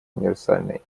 универсальной